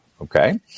okay